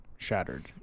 shattered